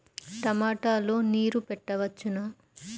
టమాట లో నీరు పెట్టవచ్చునా?